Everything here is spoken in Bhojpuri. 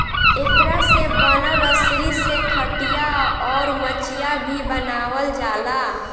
एकरा से बनल रसरी से खटिया, अउर मचिया भी बनावाल जाला